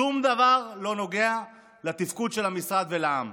שום דבר לא נוגע לתפקוד של המשרד ולעם.